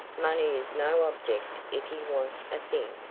money is no object if he wants a thing,